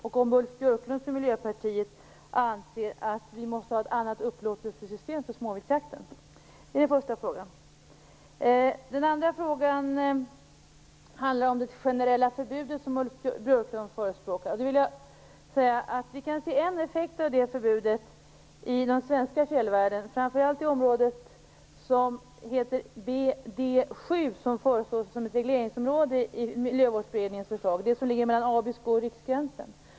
Anser Ulf Björklund, liksom Miljöpartiet, att vi måste ha ett annat upplåtelsesystem för småviltsjakten? Det är den första frågan. Den andra frågan handlar om det generella förbudet som Ulf Björklund förespråkar. Vi kan se en effekt av det förbudet i den svenska fjällvärlden, framför allt i det område som heter BD 7 och som föreslås som ett regleringsområde i miljövårdberedningens förslag. Det ligger mellan Abisko och Riksgränsen.